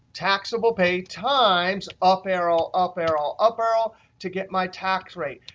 taxable pay times up arrow, up arrow, up arrow to get my tax rate,